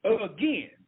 again